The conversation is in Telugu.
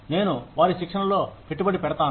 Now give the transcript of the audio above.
నేను వారి శిక్షణలో పెట్టుబడి పెడతాను